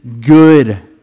good